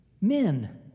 men